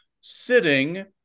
sitting